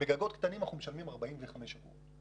בגגות קטנים אנחנו משלמים 45 אגורות.